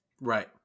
Right